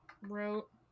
wrote